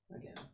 Again